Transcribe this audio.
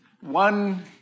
One